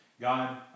God